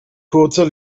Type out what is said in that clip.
kurzer